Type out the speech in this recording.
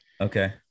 Okay